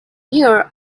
here